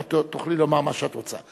את תוכלי לומר מה שאת רוצה.